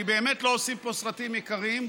כי באמת לא עושים פה סרטים יקרים,